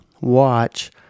watch